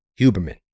Huberman